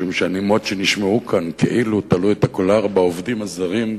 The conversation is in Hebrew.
משום שהנימות שנשמעו כאן כאילו תלו את הקולר בעובדים הזרים,